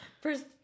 First